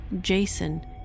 Jason